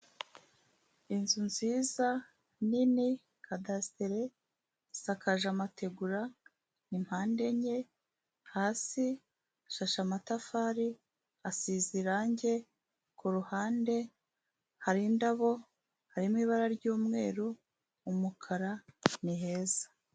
Inzu nziza nini kadasiteri isakaje amategura, n'ipande enye, hasi ishashe amatafari asize irangi ku ruhande, hari indabo harimo ibara ry'umweru, umukara ni heza.